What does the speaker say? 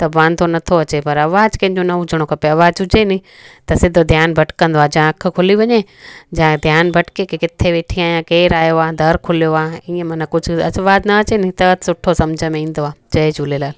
त बि वांदो नथो अचे पर आवाज़ु कंहिं जो न हुजणो खपे आवाज़ु हुजे नी त सिधो ध्यानु भटिकंदो आहे जां अखि खुली वञे जां ध्यानु भटिके की किथे वेठी आहियां जां केरु आयो आहे दरु खुलियो आहे ईअं माना कुझु आवाज़ु त न अचे नी त जि सुठो समुझ में ईंदो आहे जय झूलेलाल